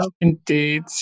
Indeed